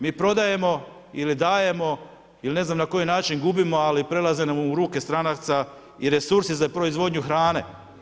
Mi prodajemo ili dajemo ili ne znam na koji način gubimo, ali prelaze nam u ruke stranaca i resursi za proizvodnju hrane.